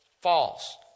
False